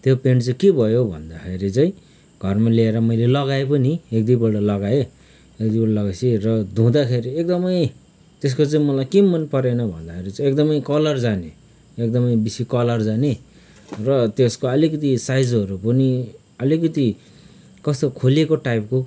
त्यो पेन्ट चाहिँ के भयो भन्दाखेरि चाहिँ घरमा ल्याएर मैले लगाएँ पनि एक दुईपल्ट लगाएँ एक दुईपल्ट लगाएपछि र धुँदाखेरि एकदमै त्यसको चाहिँ मलाई के मन परेन भन्दाखेरि चाहिँ एकदमै कलर जाने एकदमै बेसी कलर जाने र त्यसको अलिकति साइजहरू पनि अलिकति कस्तो खोलिएको टाइपको